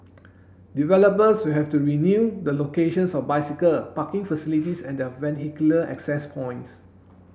developers will have to review the locations of bicycle parking facilities and their vehicular access points